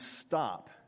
stop